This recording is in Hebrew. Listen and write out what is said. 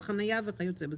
חניה וכיוצא בזה.